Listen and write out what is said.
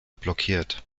blockiert